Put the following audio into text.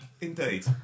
Indeed